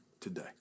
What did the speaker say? today